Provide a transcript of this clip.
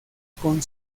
con